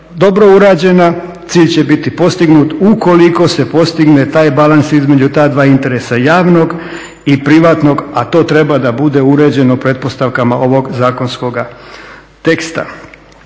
dobro urađena, cilj će biti postignut ukoliko se postigne taj balans između ta dva interesa javnog i privatnog, a to treba da bude uređeno pretpostavkama ovog zakonskog teksta.